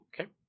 Okay